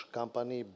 company